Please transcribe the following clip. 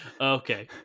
Okay